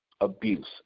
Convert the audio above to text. abuse